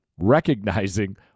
recognizing